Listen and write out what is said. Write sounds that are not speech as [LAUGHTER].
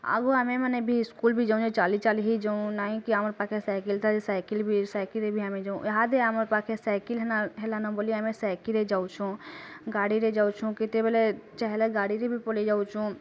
ଆଉ ଆମେ ମାନେ ବି ସ୍କୁଲ୍ ବି ଯାଉଁ ଯାଉଁ ଚାଲି ଚାଲି ହିଁ ଯାଉଁ ନାଇକି ଆମର୍ ପାଖରେ ସାଇକେଲ୍ ଥା ସାଇକେଲ୍ବି ସାଇକେଲ୍ବି ଆମେ ଯାଉଁ ଏହାଦେ ଆମର୍ ପାଖେ ସାଇକେଲ୍ ହେଲନ ବୋଲି [UNINTELLIGIBLE] ଯାଉଛୁ ଗାଡ଼ିରେ ଯାଉଛୁ କେତେବେଳେ ଚାହିଁଲେ ଗାଡ଼ିରେ ବି ପଳାଇ ଯାଉଛୁ